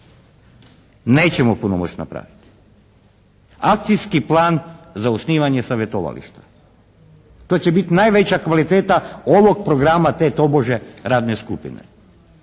nećemo punomoć napraviti. Akcijski plan za osnivanje savjetovališta. To će biti najveća kvaliteta ovog programa te tobože radne skupine.